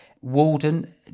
Walden